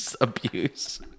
abuse